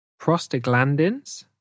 Prostaglandins